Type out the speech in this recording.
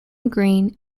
green